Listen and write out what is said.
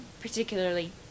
particularly